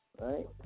right